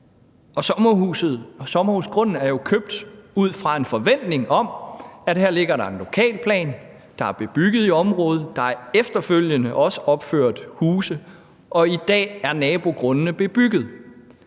og sommerhusgrunden er jo købt ud fra en forventning om, at her ligger der en lokalplan. Der er bebygget i området, og der er efterfølgende også opført huse, og i dag er nabogrundene bebygget.